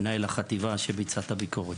מנהל החטיבה שביצע את הביקורת.